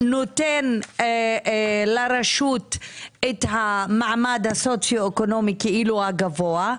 נותן לרשות את המעמד הסוציואקונומי כאילו הגבוה.